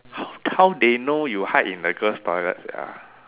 how how they know you hide in the girl's toilet sia